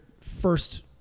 first